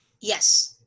Yes